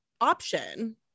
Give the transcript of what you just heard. option